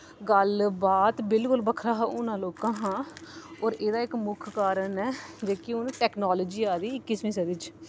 गल्ल बात बिल्कुल बक्खरा हा हूनां लोकां हां और एह्दा इक मुक्ख कारण ऐ जेह्की हून टैकनालजी आदी इक्कीसवीं सदी च